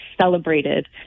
celebrated